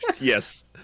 Yes